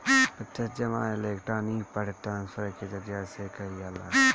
प्रत्यक्ष जमा electronic fund transfer के जरिया से कईल जाला